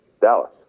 Dallas